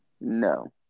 No